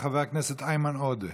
חבר הכנסת איימן עודה,